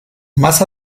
más